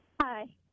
Hi